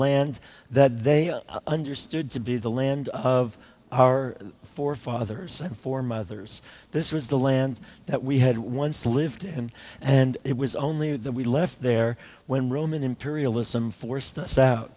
land that they understood to be the land of our forefathers and foremothers this was the land that we had once lived and and it was only then we left there when roman imperialism forced us out